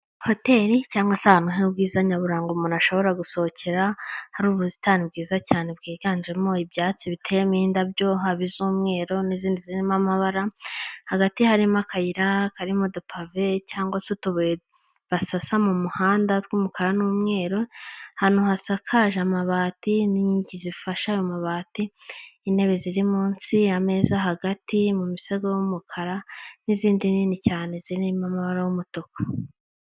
Hotel cyangwa se ahantu hari ubwiza nyaburanga umuntu ashobora gusohokera hari ubusitani bwiza cyane bwiganjemo ibyatsi biteyemo indabyo habi z'umweru n'izindi zirimo amabara hagati harimo akayira karimodepave cyangwasu ubuye basasa mu muhandaw'umukara n'umweru ahantu hasakaje amabati n'inkingi zifashe amabati intebe ziri munsi yamezaza hagati mu misego y'umukara nzindi nini cyane zirimorimo amabara y'umutuku